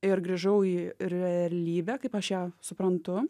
ir grįžau į realybę kaip aš ją suprantu